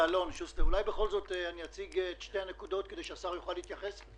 אולי בכל זאת אני אציג את שתי הנקודות כדי שהשר יוכל להתייחס?